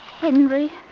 Henry